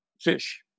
Fish